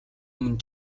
өмнө